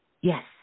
Yes